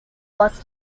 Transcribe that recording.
was